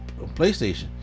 PlayStation